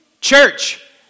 Church